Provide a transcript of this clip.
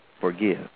forgive